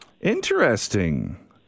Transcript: Interesting